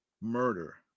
murder